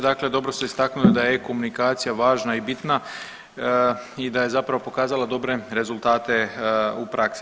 Dakle, dobro ste istaknuli da je e-Komunikacija važna i bitna i da je zapravo pokazala dobre rezultate u praksi.